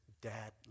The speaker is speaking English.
Dad